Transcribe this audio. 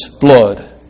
blood